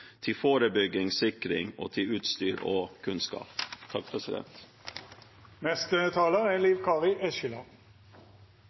til forebygging, til sikring og til utstyr og kunnskap. Eg trur me er